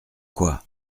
quoi